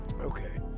Okay